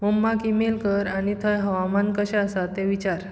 मम्माक email कर आनी थंय हवामान कशें आसा तें विचार